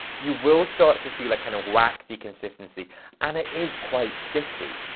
you will start to feel a kind of waxy consistency and it is quite sticky.